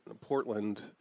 Portland